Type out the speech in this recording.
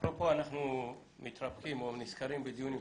אפרופו, אנחנו מתרפקים או נזכרים בדיונים.